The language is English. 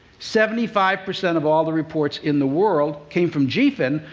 seventy five percent of all the reports in the world came from gphin,